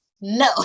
no